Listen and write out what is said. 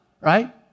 right